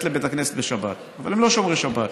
לבית הכנסת בשבת אבל הם לא שומרי שבת.